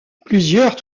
plusieurs